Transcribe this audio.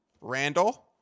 Randall